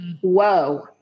whoa